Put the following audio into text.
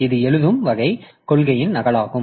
இது எழுதும் வகை கொள்கையின் நகலாகும்